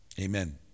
Amen